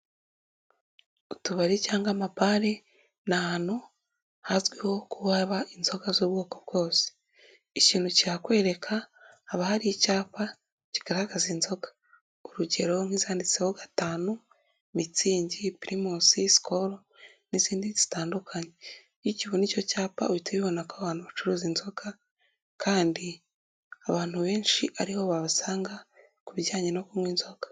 Utubari cyangwa amabare ni ahantu hazwiho ko haba inzoka z'ubwoko bwose ikintu kihakwereka haba hari icyapa kigaragaza inzoga urugero nk'izanditseho gatanu, mitsingi, pirimusi, sikoru n'izindi zitandukanye, iyo ukibona icyo cyapa uhita ubibona ko abantu bacuruza inzoga kandi abantu benshi ari bo babasanga ku bijyanye no kunywa inzoga.